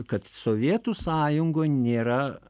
kad sovietų sąjungoj nėra